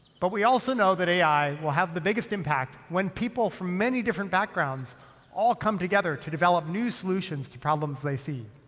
but we also know that ai will have the biggest impact when people from many different backgrounds all come together to develop new solutions to problems they see.